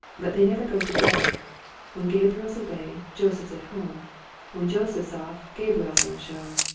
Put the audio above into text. but they never go together when gabriel's away, joseph's at home when joseph's off, gabriel's on show.